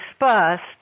dispersed